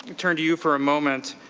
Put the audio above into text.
to turn to you for a moment,